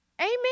Amen